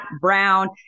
brown